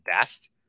best